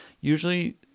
Usually